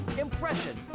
impression